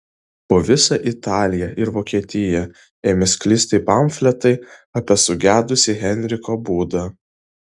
po visą italiją ir vokietiją ėmė sklisti pamfletai apie sugedusį henriko būdą